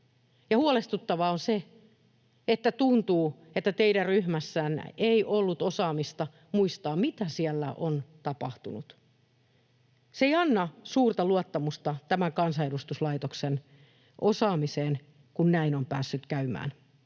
Huolestuttavaa on se, että tuntuu, että teidän ryhmässänne ei ollut osaamista muistaa, mitä siellä on tapahtunut. Se ei anna suurta luottamusta tämän kansanedustuslaitoksen osaamiseen, kun näin on päässyt käymään